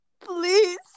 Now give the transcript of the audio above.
please